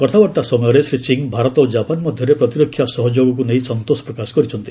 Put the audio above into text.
କଥାବାର୍ତ୍ତା ସମୟରେ ଶ୍ରୀ ସିଂହ ଭାରତ ଓ କାପାନ ମଧ୍ୟରେ ପ୍ରତିରକ୍ଷା ସହଯୋଗକ୍ ନେଇ ସନ୍ତୋଷ ପ୍ରକାଶ କରିଛନ୍ତି